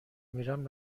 میرم